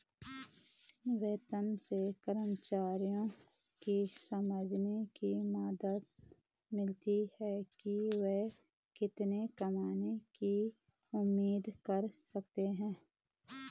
वेतन से कर्मचारियों को समझने में मदद मिलती है कि वे कितना कमाने की उम्मीद कर सकते हैं